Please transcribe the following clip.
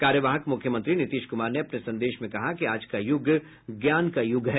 कार्यवाहक मुख्यमंत्री नीतीश कुमार ने अपने संदेश में कहा कि आज का युग ज्ञान का युग है